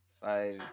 five